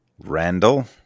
Randall